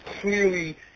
clearly